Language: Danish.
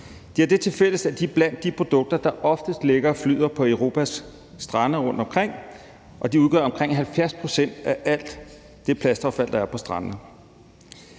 De har det tilfælles, at de er blandt de produkter, der oftest ligger og flyder på Europas strande rundtomkring. De udgør omkring 70 pct. af alt det plastaffald, der er på strandene.